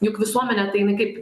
juk visuomenė tai jinai kaip